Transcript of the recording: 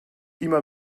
immer